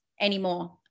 anymore